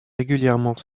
régulièrement